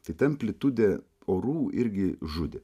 tai ta amplitudė orų irgi žudė